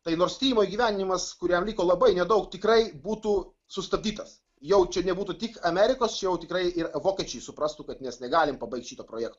tai nord strymo įgyvenimas kuriam liko labai nedaug tikrai būtų sustabdytas jau čia nebūtų tik amerikos čia jau tikrai ir vokiečiai suprastų kad mes negalim pabaigt šito projekto